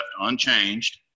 unchanged